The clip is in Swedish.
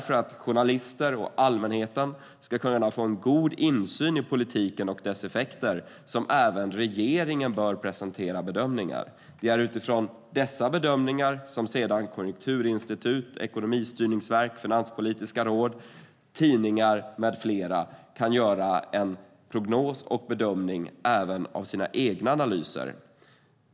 För att journalister och allmänhet ska kunna få god insyn i politiken och dess effekter bör även regeringen presentera bedömningar. Det är utifrån dessa bedömningar som konjunkturinstitut, ekonomistyrningsverk, finanspolitiska råd, tidningar med flera kan göra prognoser och bedömningar även av sina egna analyser.